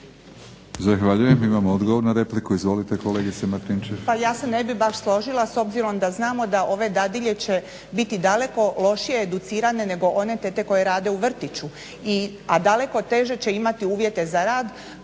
Zahvaljujem. Imamo odgovor na repliku. Izvolite kolegice Martinčev. **Juričev-Martinčev, Branka (HDZ)** Pa ja se ne bih baš složila, s obzirom da znamo da ove dadilje će biti daleko lošije educirane nego one tete koje rade u vrtiću i, a daleko teže će imati uvjete za rad